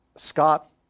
Scott